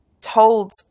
told